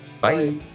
Bye